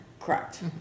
Correct